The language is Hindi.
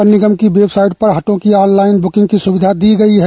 वन विभाग की वेबसाइट पर हटों की ऑन लाइन बुकिंग की सुविधा दी गई है